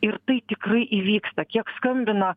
ir tai tikrai įvyksta kiek skambina